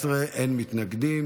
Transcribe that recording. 17, אין מתנגדים.